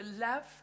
love